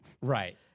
Right